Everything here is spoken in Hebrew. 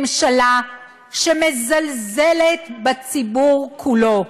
ממשלה שמזלזלת בציבור כולו,